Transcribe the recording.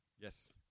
Yes